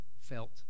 felt